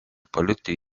palikti